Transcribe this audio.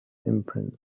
imprint